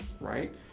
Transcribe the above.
right